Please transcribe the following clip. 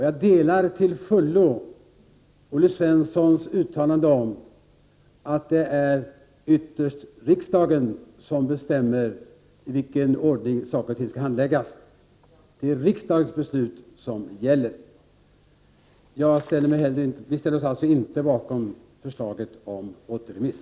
Jag stöder till fullo Olle Svenssons uttalande om att det ytterst är riksdagen som bestämmer i vilken ordning saker och ting skall handläggas. Det är riksdagens beslut som gäller. Vi ställer oss alltså inte bakom förslaget om återremiss.